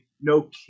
no